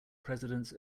presidents